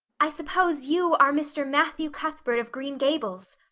i suppose you are mr. matthew cuthbert of green gables?